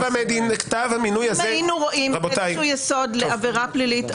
אם היינו רואים יסוד לעבירה פלילית,